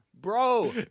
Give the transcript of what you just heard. Bro